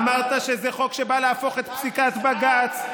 אמרת שזה חוק שבא להפוך את פסיקת בג"ץ.